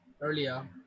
earlier